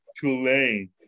Tulane